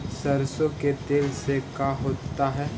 सरसों के तेल से का होता है?